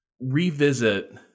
revisit